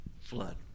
flood